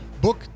book